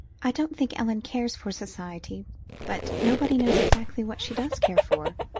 i don't think ellen cares for society but nobody knows exactly what she does care for,